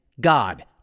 God